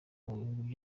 mugihugu